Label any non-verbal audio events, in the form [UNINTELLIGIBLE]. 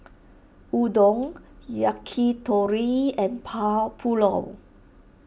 Udon Yakitori and [UNINTELLIGIBLE] Pulao